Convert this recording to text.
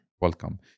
Welcome